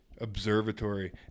observatory